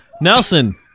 Nelson